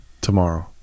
Tomorrow